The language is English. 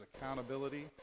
accountability